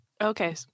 Okay